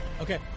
Okay